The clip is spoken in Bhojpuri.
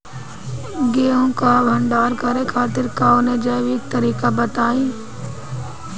गेहूँ क भंडारण करे खातिर कवनो जैविक तरीका बताईं?